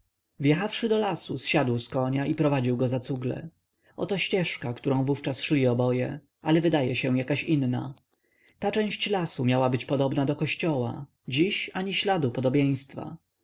wieczny wjechawszy do lasu zsiadł z konia i prowadził go za cugle oto ścieżka którą wówczas szli oboje ale wydaje się jakaś inna ta część lasu miała być podobna do kościoła dziś ani śladu podobieństwa